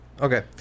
Okay